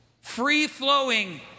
free-flowing